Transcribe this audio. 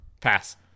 Pass